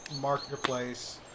marketplace